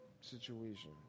situation